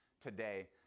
today